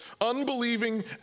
Unbelieving